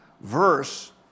verse